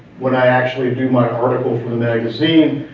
when i actually do my article for the magazine,